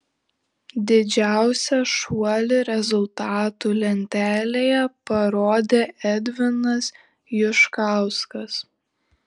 didžiausią šuolį rezultatų lentelėje parodė edvinas juškauskas